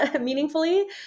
meaningfully